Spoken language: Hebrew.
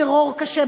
טרור קשה,